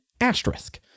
asterisk